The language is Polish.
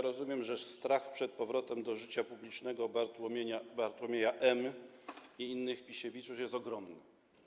Rozumiem, że strach przed powrotem do życia publicznego Bartłomieja M. i innych Pisiewiczów jest ogromny.